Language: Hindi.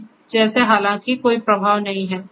अभी जैसे हालांकि कोई प्रवाह नहीं है